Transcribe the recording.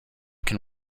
can